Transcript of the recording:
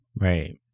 Right